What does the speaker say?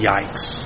Yikes